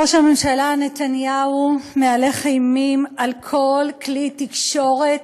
ראש הממשלה נתניהו מהלך אימים על כל כלי תקשורת